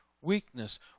weakness